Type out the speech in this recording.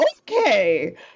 okay